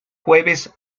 jueves